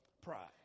Pride